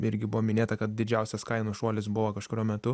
irgi buvo minėta kad didžiausias kainų šuolis buvo kažkuriuo metu